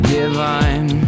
divine